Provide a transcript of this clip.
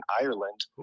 Ireland